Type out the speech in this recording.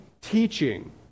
teaching